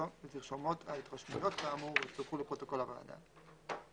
ותרשומות ההתרשמויות כאמור יצורפו לפרוטוקול הוועדה.